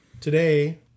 Today